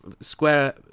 Square